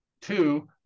two